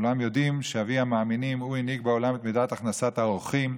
כולם יודעים שאבי המאמינים הנהיג בעולם את מידת הכנסת האורחים,